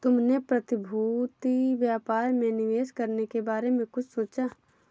तुमने प्रतिभूति व्यापार में निवेश करने के बारे में कुछ सोचा?